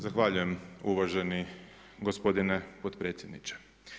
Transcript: Zahvaljujem uvaženi gospodine potpredsjedniče.